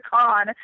con